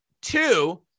Two